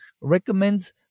recommends